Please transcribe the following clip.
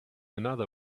another